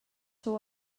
sou